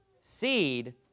seed